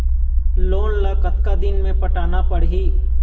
Loan ला कतका दिन मे पटाना पड़ही?